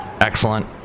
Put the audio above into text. excellent